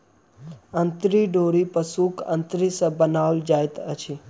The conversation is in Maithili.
अंतरी डोरी पशुक अंतरी सॅ बनाओल जाइत अछि